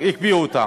הקפיאו אותן.